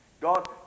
God